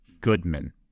goodman